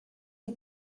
you